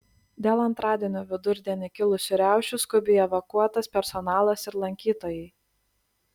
dėl antradienio vidurdienį kilusių riaušių skubiai evakuotas personalas ir lankytojai